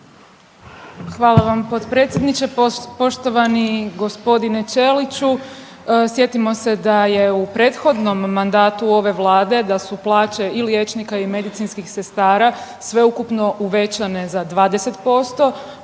Hvala vam potpredsjedniče. Poštovani gospodine Ćeliću, sjetimo se da je u prethodnom mandatu ove Vlade da su plaće i liječnika i medicinskih sestara sveukupno uvećane za 20%.